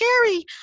scary